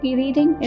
reading